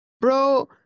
bro